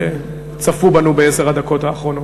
שצפו בנו בעשר הדקות האחרונות.